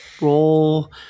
roll